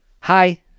Hi